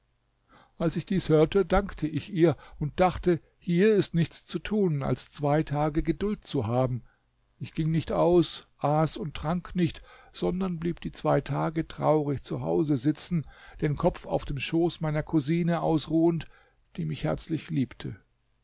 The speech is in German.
als ich dies hörte dankte ich ihr und dachte hier ist nichts zu tun als zwei tage geduld zu haben ich ging nicht aus aß und trank nicht sondern blieb die zwei tage traurig zu hause sitzen den kopf auf dem schoß meiner cousine ausruhend die mich herzlich liebte